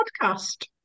podcast